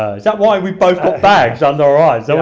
is that why we've both got bags under our eyes?